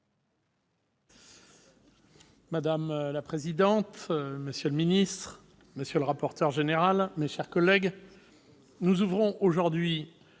Madame la présidente, monsieur le ministre, monsieur le rapporteur général, mes chers collègues, nous ouvrons aujourd'hui